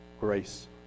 Grace